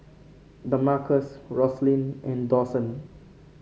Damarcus Roslyn and Dawson